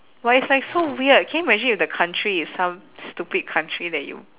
but it's like so weird can you imagine if the country is some stupid country that you